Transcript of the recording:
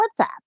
whatsapp